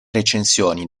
recensioni